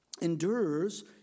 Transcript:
endures